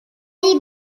ایران